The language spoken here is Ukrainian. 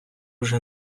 вже